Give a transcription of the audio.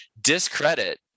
discredit